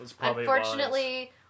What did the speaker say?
unfortunately